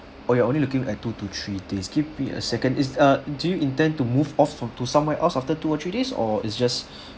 oh you're only looking at two to three days give me a second is uh do you intend to move off from to somewhere else after two or three days or it's just